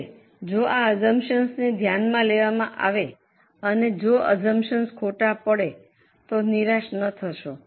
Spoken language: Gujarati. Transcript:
હવે જો કે આ અસ્સુમ્પ્શન્સને ધ્યાનમાં લેવામાં આવે છે જો અસ્સુમ્પ્શન્સ ખોટી પડે તો નિરાશ ન થશો